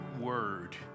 word